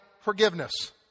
forgiveness